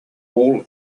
all